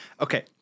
Okay